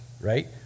right